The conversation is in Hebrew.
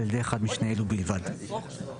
ועל ידי אחד משני אלו בלבד." תודה.